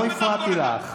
לא הפרעתי לך.